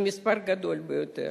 ומספר גדול ביותר,